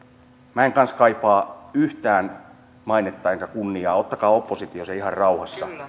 minä en kanssa kaipaa yhtään mainetta enkä kunniaa ottakaa oppositio se ihan rauhassa